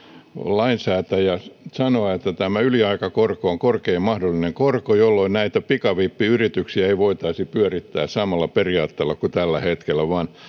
lainsäätäjä sanoa että tämä yliaikakorko on korkein mahdollinen korko jolloin näitä pikavippiyrityksiä ei voitaisi pyörittää samalla periaatteella kuin tällä hetkellä vaan